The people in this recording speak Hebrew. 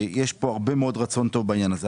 המון רצון טוב בעניין הזה.